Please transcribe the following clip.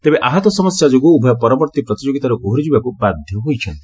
ତେବେ ଆହତ ସମସ୍ୟା ଯୋଗୁଁ ଉଭୟ ପରବର୍ତ୍ତୀ ପ୍ରତିଯୋଗିତାରୁ ଓହରି ଯିବାକୁ ବାଧ୍ୟ ହୋଇଛନ୍ତି